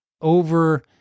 over-